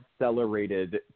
accelerated